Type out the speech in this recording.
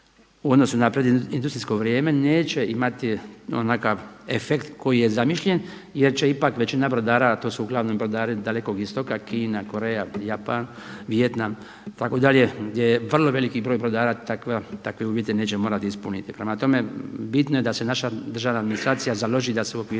u odnosu na industrijsko vrijeme neće imati onakav efekt koji je zamišljen jer će ipak većina brodara a to su uglavnom brodari dalekog istoka, Kina, Koreja, Japan, Vijetnam itd. gdje je vrlo veliki broj brodara takve uvjete neće morati ispuniti. Prema tome, bitno je da se naša državna administrativna založi da se u okviru